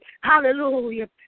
Hallelujah